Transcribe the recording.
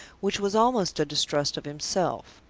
which was almost a distrust of himself.